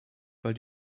weil